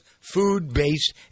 food-based